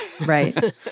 right